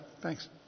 thanks